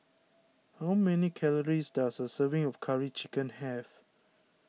how many calories does a serving of Curry Chicken have